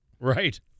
Right